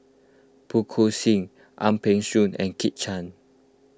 Phua Kin Siang Ang Peng Siong and Kit Chan